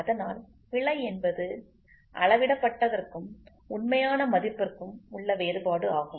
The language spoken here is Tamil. அதனால் பிழை என்பது அளவிடப்பட்டதற்கும் உண்மையான மதிப்பிற்கும் உள்ள வேறுபாடு ஆகும்